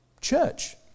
Church